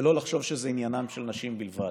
ולא לחשוב שזה עניינן של נשים בלבד.